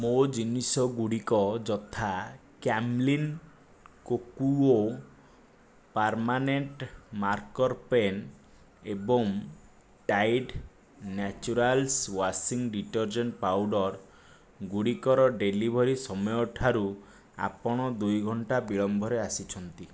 ମୋ ଜିନିଷଗୁଡ଼ିକ ଯଥା Camlin Kokuyo permanent marker pen ଏବଂ Tide naturals washing detergent powder ଗୁଡ଼ିକର ଡେଲିଭରି ସମୟଠାରୁ ଆପଣ ଦୁଇ ଘଣ୍ଟା ବିଳମ୍ବରେ ଆସିଛନ୍ତି